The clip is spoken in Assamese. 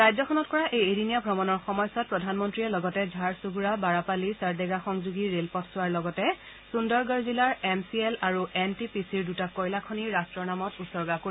ৰাজ্যখনত কৰা এই এদিনীয়া ভ্ৰমণৰ সময়ছোৱাত প্ৰধানমন্ত্ৰীয়ে লগতে ঝাৰচুণ্ডা বাৰাপালী চৰ্দেগা সংযোগী ৰেল পথছোৱাৰ লগতে সুন্দৰগড় জিলাৰ এম চি এল আৰ এন টি পি চিৰ দুটা কয়লাখনি ৰাট্টৰ নামত উচৰ্গা কৰিব